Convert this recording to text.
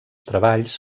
treballs